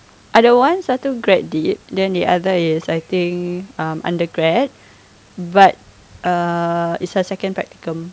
ada one satu grad dip then the other is I think um under grad but err it's her second practicum